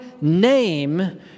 name